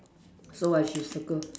so I should circle